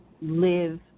live